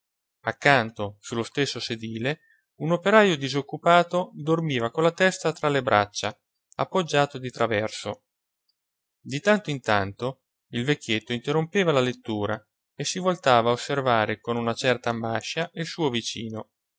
accanto sullo stesso sedile un operajo disoccupato dormiva con la testa tra le braccia appoggiato di traverso di tanto in tanto il vecchietto interrompeva la lettura e si voltava a osservare con una certa ambascia il suo vicino